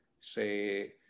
say